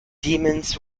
demons